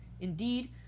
Indeed